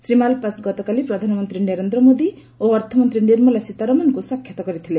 Shri Malpass ଗତକାଲି ପ୍ରଧାନମନ୍ତ୍ରୀ ନରେନ୍ଦ୍ର ମୋଦି ଓ ଅର୍ଥମନ୍ତ୍ରୀ ନିର୍ମଳା ସୀତାରମଣଙ୍କୁ ସାକ୍ଷାତ କରିଥିଲେ